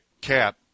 Cap